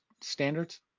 standards